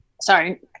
sorry